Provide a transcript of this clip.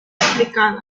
complicada